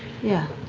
yeah.